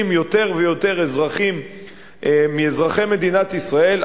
יותר ויותר אזרחים מאזרחי מדינת ישראל,